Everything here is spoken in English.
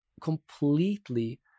completely